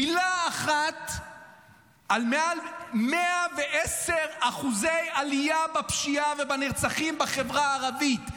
מילה אחת על מעל 110% עלייה בפשיעה ובנרצחים בחברה הערבית,